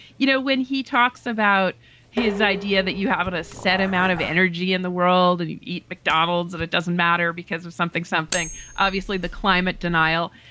you know, when he talks about his idea that you have a ah set amount of energy in the world, and you eat mcdonald's and it doesn't matter because of something, something obviously the climate denial.